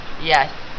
yes